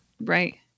right